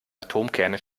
atomkerne